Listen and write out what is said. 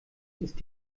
ist